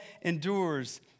endures